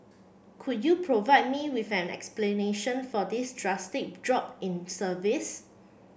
could you provide me with an explanation for this drastic drop in service